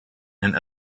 and